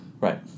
Right